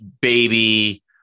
baby